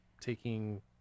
taking